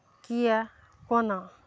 कियै कोना